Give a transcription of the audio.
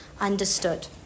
understood